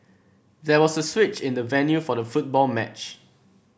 there was a switch in the venue for the football match